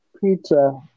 pizza